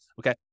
Okay